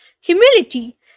humility